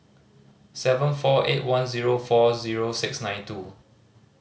seven four eight one zero four zero six nine two